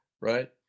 right